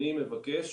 אני מבקש